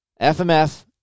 FMF